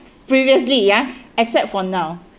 previously ya except for now